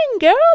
girl